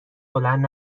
بلند